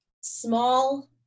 small